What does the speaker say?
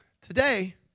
Today